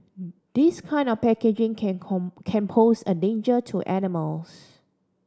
this kind of packaging can can pose a danger to animals